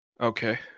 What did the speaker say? okay